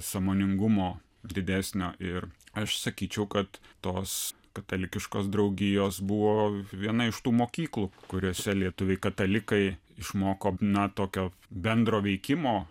sąmoningumo didesnio ir aš sakyčiau kad tos katalikiškos draugijos buvo viena iš tų mokyklų kuriose lietuviai katalikai išmoko na tokio bendro veikimo